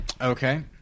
okay